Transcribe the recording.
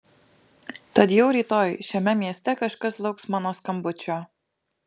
tad jau rytoj šiame mieste kažkas lauks mano skambučio